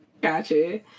Gotcha